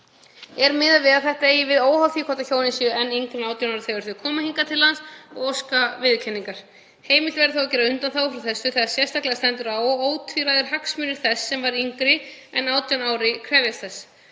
Er miðað við að það eigi við óháð því hvort hjónin séu enn yngri en 18 ára þegar þau koma hingað til lands og óska viðurkenningar. Heimilt verður að gera undanþágu frá því þegar sérstaklega stendur á og ótvíræðir hagsmunir þess sem var yngri en 18 ára krefjast þess.